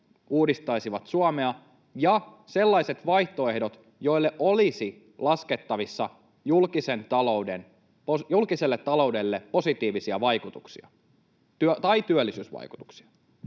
uudistaisivat Suomea, ja sellaiset vaihtoehdot, joille olisi laskettavissa julkiselle taloudelle positiivisia vaikutuksia tai työllisyysvaikutuksia.